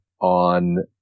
on